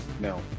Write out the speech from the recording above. no